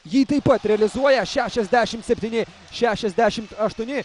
jį taip pat realizuoja šešiasdešim septyni šešiasdešim aštuoni